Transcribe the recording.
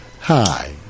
hi